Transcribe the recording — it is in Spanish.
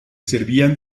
servían